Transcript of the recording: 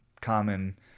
common